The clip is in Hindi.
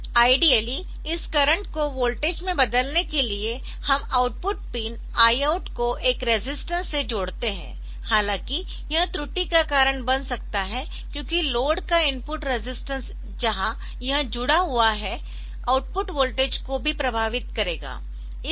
आइडियली इस करंट को वोल्टेज में बदलने के लिए हम आउटपुट पिन Iout को एक रेजिस्टेंस से जोड़ते है हालाँकि यह त्रुटि का कारण बन सकता है क्योंकि लोड का इनपुट रेजिस्टेंस जहां यह जुड़ा हुआ है आउटपुट वोल्टेज को भी प्रभावित करेगा